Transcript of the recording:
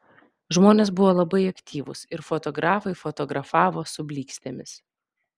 žmonės buvo labai aktyvūs ir fotografai fotografavo su blykstėmis